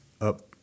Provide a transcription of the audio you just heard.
up